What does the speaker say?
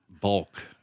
bulk